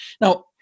Now